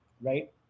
right